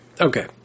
Okay